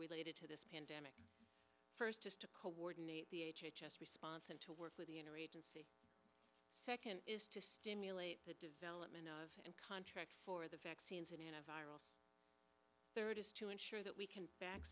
related to this pandemic first just to coordinate the h h s response and to work with the inner agency second is to stimulate the development of contracts for the vaccines and viral third is to ensure that we can